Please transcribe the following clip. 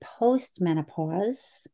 postmenopause